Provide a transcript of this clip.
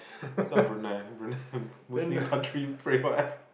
I thought Brunei Brunei muslim country you pray what